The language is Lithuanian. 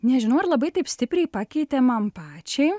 nežinau ar labai taip stipriai pakeitė man pačiai